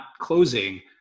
closing